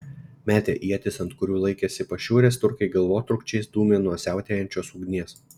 metę ietis ant kurių laikėsi pašiūrės turkai galvotrūkčiais dūmė nuo siautėjančios ugnies